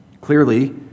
Clearly